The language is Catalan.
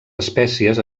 espècies